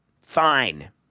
fine